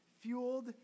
fueled